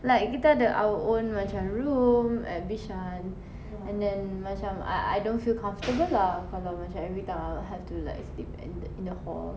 like kita ada our own macam room at bishan and then macam I I don't feel comfortable lah kalau macam everytime I'll have to like sleep in th~ in the hall